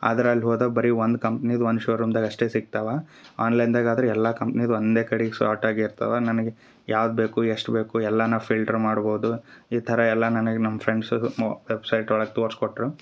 ಅದರಲ್ಲಿ ಹೋದಾಗ ಬರಿ ಒಂದು ಕಂಪ್ನಿದ ಒಂದು ಶೋರೂಮ್ದಾಗ್ ಅಷ್ಟೇ ಸಿಕ್ತಾವ ಆನ್ಲೈನ್ದಾಗ ಆದರೆ ಎಲ್ಲ ಕಂಪ್ನಿದು ಒಂದೇ ಕಡಿಗೆ ಸಾರ್ಟ್ ಆಗಿ ಇರ್ತಾವ ನನಗೆ ಯಾವ್ದು ಬೇಕು ಎಷ್ಟು ಬೇಕು ಎಲ್ಲನ ಫಿಲ್ಟ್ರ್ ಮಾಡ್ಬೋದು ಈ ಥರ ಎಲ್ಲ ನನಗೆ ನಮ್ಮ ಫ್ರೆಂಡ್ಸುದು ಮೊ ವೆಬ್ಸೈಟ್ ಒಳಗೆ ತೋರ್ಸಿ ಕೊಟ್ಟರು